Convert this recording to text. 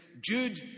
Jude